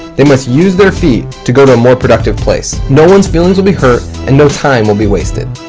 they must use their feet to go to a more productive place. no one's feelings will be hurt and no time will be wasted.